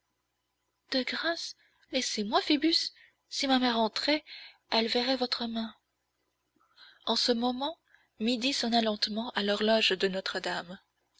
de grâce laissez-moi phoebus si ma mère rentrait elle verrait votre main en ce moment midi sonna lentement à l'horloge de notre-dame